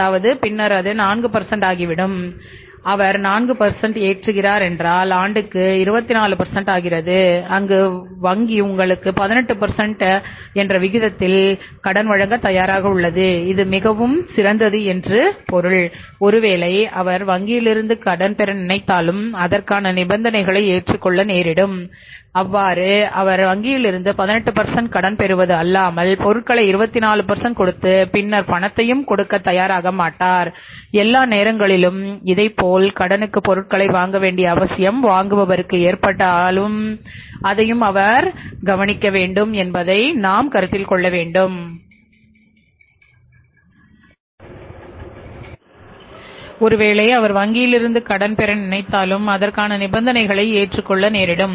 அதாவது அது பின்னர் 4 ஆகி விடும்என்பார் அவர் 4 ஏற்றுகிறார் என்றால்ஆண்டுக்கு 24 ஆகிறது அங்கு வங்கி உங்களுக்கு 18 என்ற விகிதத்தில் கடன் வழங்க தயாராக உள்ளது அது மிகவும் சிறந்தது என்று பொருள் ஒருவேளை அவர் வங்கியிலிருந்து கடன் பெற நினைத்தாலும் அதற்கான நிபந்தனைகளை ஏற்றுக்கொள்ள நேரிடும்